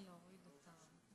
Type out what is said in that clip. חברי וחברות הכנסת,